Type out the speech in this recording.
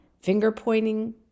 finger-pointing